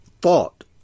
thought